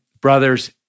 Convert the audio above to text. brothers